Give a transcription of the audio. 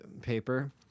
paper